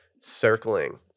circling